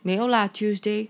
没有 lah tuesday